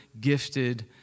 gifted